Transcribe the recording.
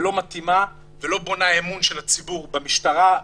לא מתאימה ולא בונה אמון של הציבור במשטרה,